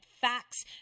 facts